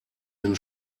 den